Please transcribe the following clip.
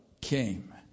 came